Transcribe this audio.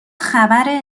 خبر